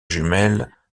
jumelle